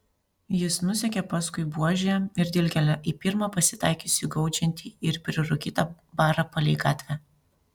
jis nusekė paskui buožę ir dilgėlę į pirmą pasitaikiusį gaudžiantį ir prirūkytą barą palei gatvę